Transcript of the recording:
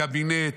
לקבינט,